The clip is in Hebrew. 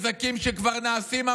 תדאגו למחנה שלכם.